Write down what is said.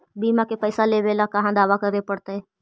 बिमा के पैसा लेबे ल कहा दावा करे पड़तै?